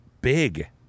big